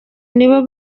nibo